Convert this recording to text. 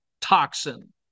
toxin